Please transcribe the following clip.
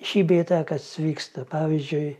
šį bei tą kas vyksta pavyzdžiui